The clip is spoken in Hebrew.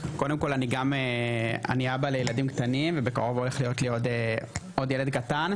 קודם כל אני גם אני אבא לילדים קטנים ובקרוב הולך להיות לי עוד ילד קטן,